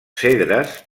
cedres